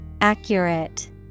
Accurate